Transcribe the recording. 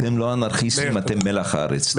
אתם לא אנרכיסטים, אתם מלח הארץ.